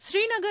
Srinagar